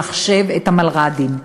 למחשב את המלר"דים.